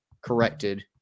corrected